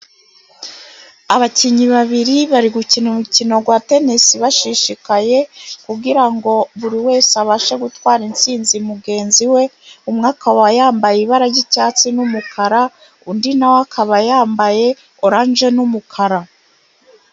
Abakinnyi babiri, bari gukina umukino wa tenisi bashishikaye, kugira ngo buri wese abashe gutwara intsinzi mugenzi we, umwe aka aba yambaye ibara ry'icyatsi n'umukara, undi na we akaba yambaye oranje n'umukara.